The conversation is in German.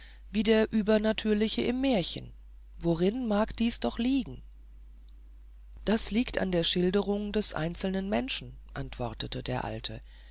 wie der übernatürliche im märchen worin mag dies doch liegen das liegt in der schilderung des einzelnen menschen antwortete der alte